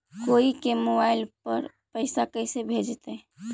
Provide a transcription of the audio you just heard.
कोई के मोबाईल पर पैसा कैसे भेजइतै?